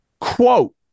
Quote